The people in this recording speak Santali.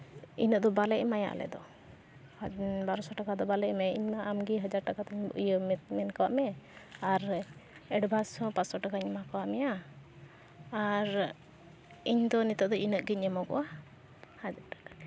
ᱩᱱᱟᱹᱜ ᱫᱚ ᱵᱟᱞᱮ ᱮᱢᱟᱭᱟ ᱟᱞᱮ ᱫᱚ ᱵᱟᱨᱚᱥᱚ ᱴᱟᱠᱟ ᱢᱟ ᱵᱟᱞᱮ ᱮᱢᱟᱭᱟ ᱤᱧ ᱢᱟ ᱟᱢᱜᱮ ᱦᱟᱡᱟᱨ ᱴᱟᱠᱟ ᱛᱤᱧ ᱤᱭᱟᱹ ᱢᱮᱱ ᱟᱠᱟᱫ ᱢᱮ ᱟᱨ ᱮᱰᱵᱷᱟᱱᱥ ᱦᱚᱸ ᱯᱟᱸᱥᱥᱳ ᱴᱟᱠᱟᱧ ᱮᱢ ᱟᱠᱟᱫ ᱢᱮᱭᱟ ᱟᱨ ᱤᱧᱫᱚ ᱱᱤᱛᱚᱜ ᱫᱚ ᱤᱱᱟᱹᱜ ᱜᱤᱧ ᱮᱢᱚᱜᱚᱜᱼᱟ ᱦᱟᱡᱟᱨ ᱴᱟᱠᱟᱜᱮ